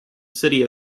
city